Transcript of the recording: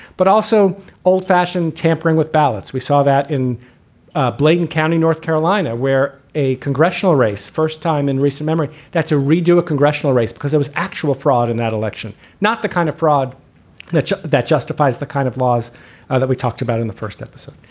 but also old fashioned tampering with ballots. we saw that in ah bladen county, north carolina, where a congressional race first time in recent memory. that's a redo, a congressional race, because it was actual fraud in that election, not the kind of fraud that justifies the kind of laws that we talked about in the first episode.